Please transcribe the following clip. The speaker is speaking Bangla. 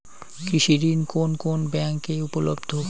কৃষি ঋণ কোন কোন ব্যাংকে উপলব্ধ?